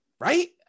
Right